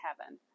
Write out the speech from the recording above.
heaven